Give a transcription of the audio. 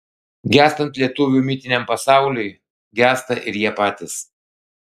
gęstant lietuvių mitiniam pasauliui gęsta ir jie patys